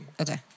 Okay